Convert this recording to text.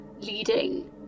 leading